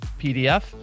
pdf